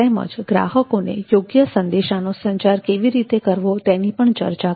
તેમજ ગ્રાહકોને યોગ્ય સંદેશાનો સંચાર કેવી રીતે કરવો તેની પણ ચર્ચા કરી